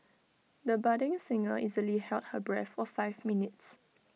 the budding singer easily held her breath for five minutes